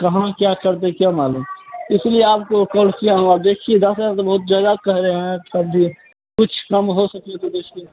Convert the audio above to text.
कहाँ क्या कर दे क्या मालूम इसी लिए आपको देखिए दस हज़ार तो बहुत ज़्यादा कह रहें हैं तब भी कुछ कम हो सके देखिए